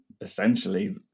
essentially